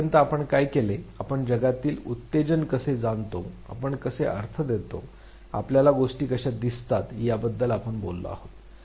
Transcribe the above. आत्तापर्यंत आपण काय केले आपण जगातील उत्तेजन कसे जाणतो आपण कसे अर्थ देतो आपल्याला गोष्टी कशा दिसतात याबद्दल आपण बोललो आहोत